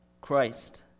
Christ